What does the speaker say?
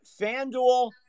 FanDuel